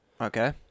Okay